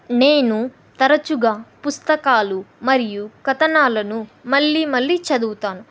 నేను తరచుగా పుస్తకాలు మరియు కథనాలను మళ్ళీ మళ్ళీ చదువుతాను